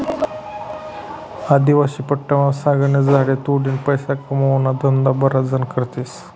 आदिवासी पट्टामा सागना झाडे तोडीन पैसा कमावाना धंदा बराच जण करतस